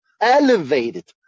elevated